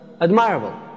admirable